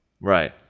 Right